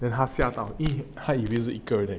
then 他吓到因他以为是一个人